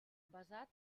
basat